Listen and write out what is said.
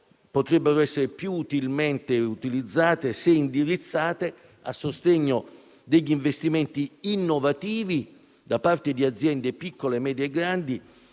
potrebbero essere più utilmente utilizzate se indirizzate a sostegno degli investimenti innovativi da parte di aziende piccole, medie e grandi